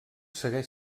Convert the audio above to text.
segueix